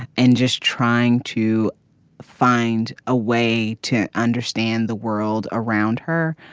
and just trying to find a way to understand the world around her.